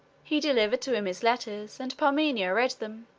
he delivered to him his letters, and parmenio read them.